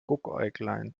guckäuglein